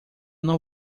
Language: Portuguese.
não